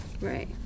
Right